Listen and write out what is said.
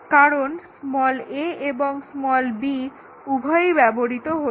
কারণ a এবং b উভয়েই ব্যবহৃত হচ্ছে